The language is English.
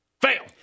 fail